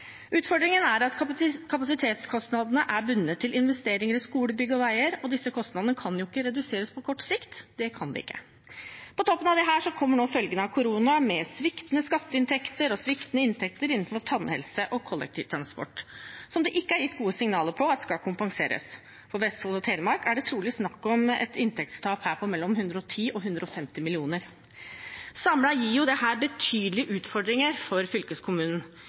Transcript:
Utfordringen er at kapasitetskostandene er bundet til investeringer i skole, bygg og veier, og disse kostnadene kan ikke reduseres på kort sikt. Det kan de ikke. På toppen av dette kommer nå følgene av korona, med sviktende skatteinntekter og sviktende inntekter innenfor tannhelse og kollektivtransport, som det ikke er gitt gode signaler om at skal kompenseres. For Vestfold og Telemark er det trolig snakk om et inntektstap på mellom 110 mill. kr og 150 mill. kr. Samlet gir dette fylkeskommunen betydelige utfordringer. Det blir neimen ikke lett for